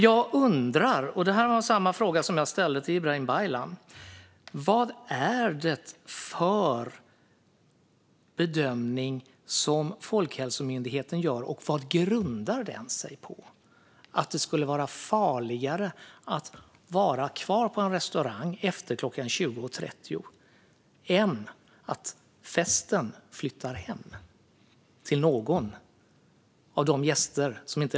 Jag undrar - detta är en fråga som jag också ställde till Ibrahim Baylan - vad det är för bedömning som Folkhälsomyndigheten gör och vad den grundar sig på när man säger att det skulle vara farligare att vara kvar på en restaurang efter 20.30 än att festen flyttar hem till någon av gästerna.